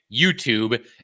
YouTube